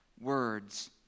words